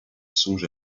songe